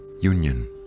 union